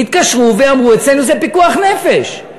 התקשרו ואמרו: אצלנו זה פיקוח נפש.